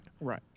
right